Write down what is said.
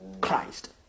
Christ